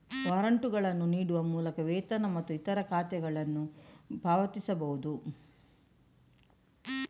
ವಾರಂಟುಗಳನ್ನು ನೀಡುವ ಮೂಲಕ ವೇತನ ಮತ್ತು ಇತರ ಖಾತೆಗಳನ್ನು ಪಾವತಿಸಬಹುದು